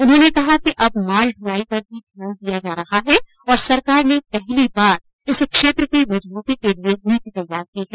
उन्होंने कहा कि अब माल दलाई पर भी ध्यान दिया जा रहा है और सरकार ने पहली बार इस क्षेत्र की मजबूती के लिए नीति तैयार की है